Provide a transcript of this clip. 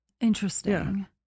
interesting